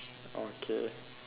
okay